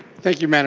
thank you mme. and